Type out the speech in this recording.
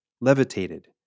levitated